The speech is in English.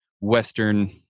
Western